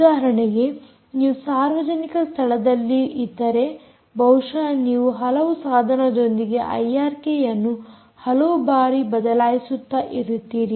ಉದಾಹರಣೆಗೆ ನೀವು ಸಾರ್ವಜನಿಕ ಸ್ಥಳದಲ್ಲಿ ಇದ್ದರೆ ಬಹುಶಃ ನೀವು ಹಲವು ಸಾಧನದೊಂದಿಗೆ ಐಆರ್ಕೆಯನ್ನು ಹಲವು ಬಾರಿ ಬದಲಾಯಿಸುತ್ತಾ ಇರುತ್ತೀರಿ